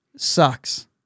Sucks